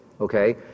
okay